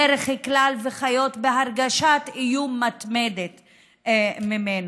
בדרך כלל, וחיות בהרגשת איום מתמדת ממנו.